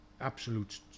absolute